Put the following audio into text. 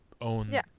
own